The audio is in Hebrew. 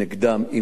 אם צריך,